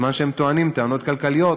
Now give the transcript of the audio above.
בזמן שאתם טוענים טענות כלכליות,